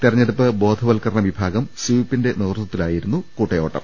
തിരഞ്ഞെടുപ്പ് ബോധവത്കരണ വിഭാഗം സ്വീപിന്റെ നേതൃത്വത്തിലായിരുന്നു കൂട്ടയോട്ടം